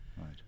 right